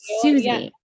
Susie